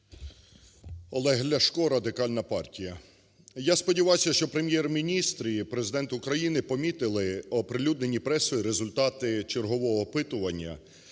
Олег Ляшко, Радикальна партія. Я сподіваюся, що Прем’єр-міністр і Президент України помітили оприлюднені пресою результати чергового опитування,